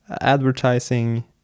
advertising